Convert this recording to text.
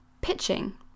pitching